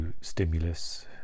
stimulus